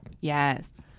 Yes